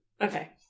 Okay